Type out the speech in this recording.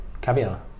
caviar